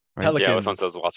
pelicans